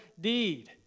deed